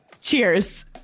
Cheers